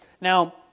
Now